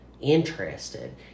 interested